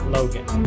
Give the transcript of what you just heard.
Logan